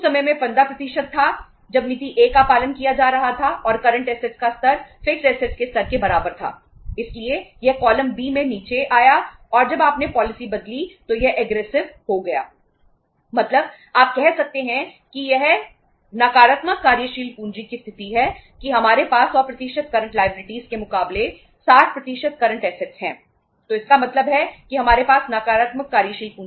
मतलब आप कह सकते हैं कि यह नकारात्मक कार्यशील पूंजी की स्थिति है कि हमारे पास 100 करंट लायबिलिटीज हैं